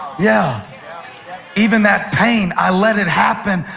yeah even that pain, i let it happen,